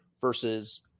versus